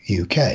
UK